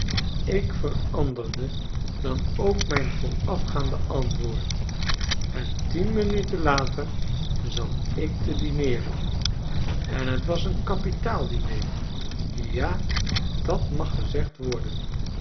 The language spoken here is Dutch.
ik veranderde dan ook mijn voorafgaand antwoord en tien minuten later zat ik te dineeren en t was een kapitaal diner ja dat mag gezegcl worden